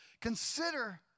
consider